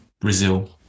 Brazil